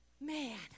man